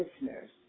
listeners